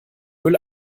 müll